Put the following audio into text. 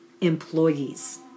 employees